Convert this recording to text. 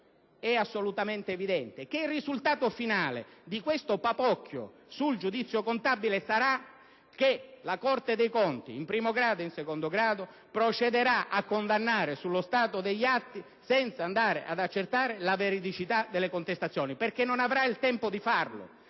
questione, è evidente che il risultato finale di questo papocchio sul giudizio contabile sarà che la Corte dei conti in primo e secondo grado procederà a condannare sullo stato degli atti, senza andare ad accertare la veridicità delle contestazioni, perché non avrà il tempo di farlo.